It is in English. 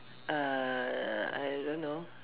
err I don't know